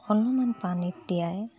অলপমান পানীত তিয়াই